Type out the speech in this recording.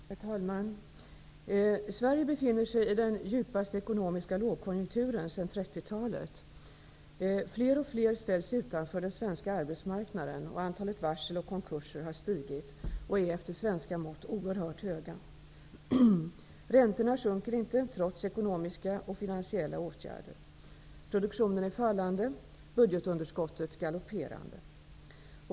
Herr talman! Sverige befinner sig i den djupaste ekonomiska lågkonjunkturen sedan 30-talet. Fler och fler ställs utanför den svenska arbetsmarknaden. Antalet varsel och konkurser har stigit och är efter svenska mått oerhört höga. Räntorna sjunker inte trots ekonomiska och finansiella åtgärder. Produktionen är fallande och budgetunderskottet galopperande.